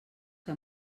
que